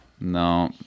No